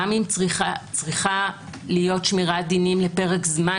גם אם צריכה להיות שמירת דינים לפרק זמן